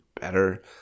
better